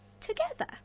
together